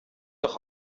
doch